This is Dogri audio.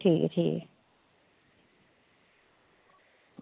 ठीक ऐ ठीक ऐ